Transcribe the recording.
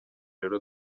rero